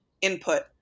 input